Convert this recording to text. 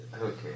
okay